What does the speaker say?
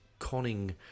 conning